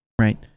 right